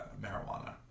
marijuana